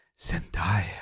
Zendaya